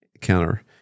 counter